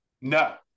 no